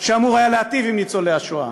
שהיה אמור להטיב עם ניצולי השואה?